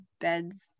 beds